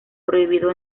prohibido